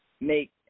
make